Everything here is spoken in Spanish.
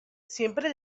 siempre